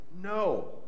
no